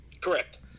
Correct